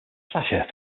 sasha